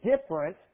different